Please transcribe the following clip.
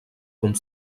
comme